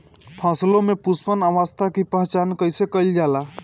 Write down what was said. हम फसलों में पुष्पन अवस्था की पहचान कईसे कईल जाला?